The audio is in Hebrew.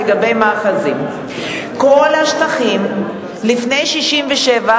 לגבי השאלה הראשונה,